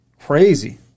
Crazy